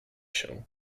się